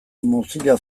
mozilla